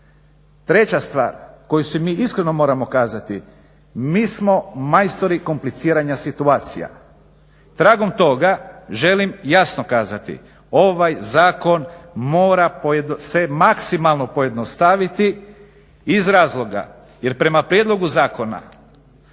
Treća stvar koju si mi iskreno moramo kazati, mi smo majstori kompliciranja situacija. Tragom toga želim jasno kazati ovaj zakon mora se maksimalno pojednostaviti iz razloga jer prema prijedlogu zakona